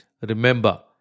Remember